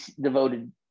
devoted